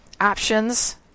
options